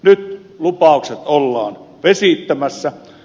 nyt lupaukset ollaan vesittämässä